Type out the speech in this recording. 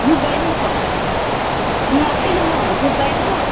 जोब्बायनो दख' नुवाखै नोङो जोब्बायनो